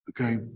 Okay